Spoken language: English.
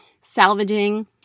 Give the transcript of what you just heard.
salvaging